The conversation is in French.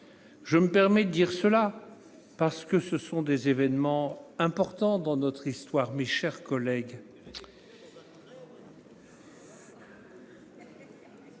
Je me permets de le dire, parce que ces événements sont importants dans notre histoire, mes chers collègues.